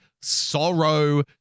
sorrow